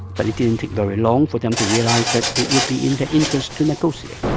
but it didn't take very long for them to realize that it would be in their interest to negotiate